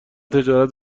تجارت